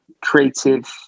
creative